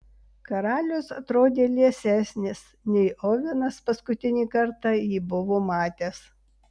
karalius atrodė liesesnis nei ovenas paskutinį kartą jį buvo matęs